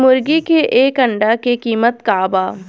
मुर्गी के एक अंडा के कीमत का बा?